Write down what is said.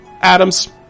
Adams